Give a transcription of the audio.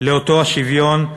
לאותו שוויון,